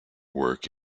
work